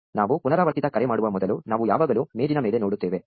ನಾವು ಪುನರಾವರ್ತಿತ ಕರೆ ಮಾಡುವ ಮೊದಲು ನಾವು ಯಾವಾಗಲೂ ಮೇಜಿನ ಮೇಲೆ ನೋಡುತ್ತೇವೆ